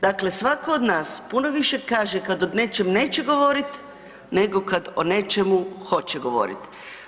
Dakle, svako od nas puno više kaže kad od nečem neće govorit nego kad o nečemu hoće govorit.